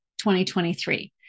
2023